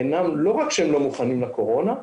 לא רק שהם לא מוכנים לקורונה,